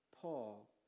Paul